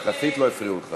יחסית לא הפריעו לך.